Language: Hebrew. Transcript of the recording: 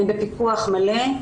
הם בפיקוח מלא,